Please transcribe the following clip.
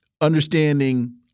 understanding